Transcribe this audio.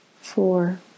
four